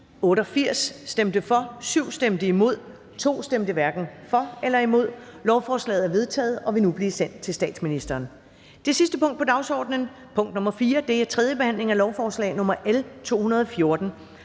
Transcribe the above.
Ammitzbøll (UFG)), ingen stemte hverken for eller imod. Lovforslaget er vedtaget og vil nu blive sendt til statsministeren. --- Det næste punkt på dagsordenen er: 3) 3. behandling af lovforslag nr. L 213: